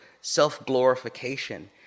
self-glorification